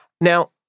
Now